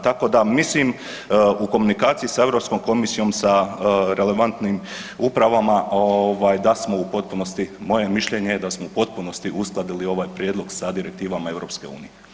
Tako da mislim u komunikaciji sa Europskom komisijom, sa relevantnim upravama da smo u potpunosti, moje je mišljenje da smo u potpunosti uskladili ovaj prijedlog sa direktivama EU.